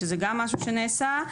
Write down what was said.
שזה גם משהו שנעשה,